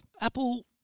Apple